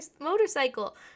motorcycle